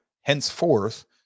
Henceforth